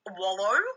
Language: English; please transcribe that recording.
wallow